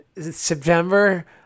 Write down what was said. September